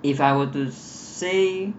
if I were to say